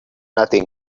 nothing